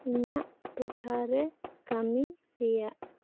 ᱤᱧᱟᱜ ᱴᱚᱴᱷᱟᱨᱮ ᱠᱟᱢᱤ ᱛᱮᱭᱟᱜ